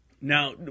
Now